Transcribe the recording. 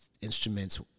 instruments